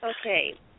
Okay